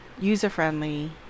user-friendly